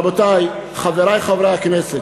רבותי, חברי חברי הכנסת,